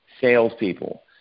salespeople